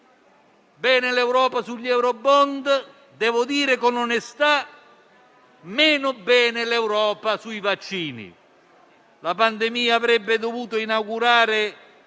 bene l'Europa sugli eurobond*;* devo dire con onestà meno bene devo dire l'Europa sui vaccini. La pandemia avrebbe dovuto inaugurare